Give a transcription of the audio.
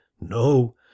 No